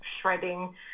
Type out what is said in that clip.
shredding